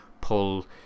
pull